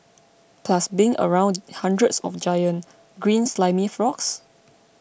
plus being around hundreds of giant green slimy frogs